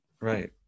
right